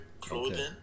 clothing